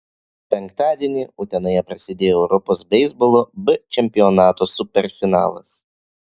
penktadienį utenoje prasidėjo europos beisbolo b čempionato superfinalas